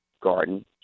garden